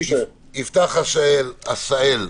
יפתח עשהאל.